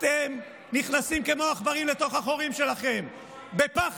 אתם נכנסים כמו עכברים לתוך החורים שלכם בפחד,